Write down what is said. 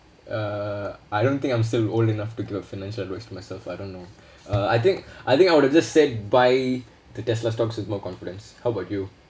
uh I don't think I'm still old enough to give financial advice to myself I don't know uh I think I think I would have just said buy the tesla stocks with more confidence how about you